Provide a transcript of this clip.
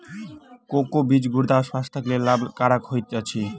cocoa बीज गुर्दा स्वास्थ्यक लेल लाभकरक होइत अछि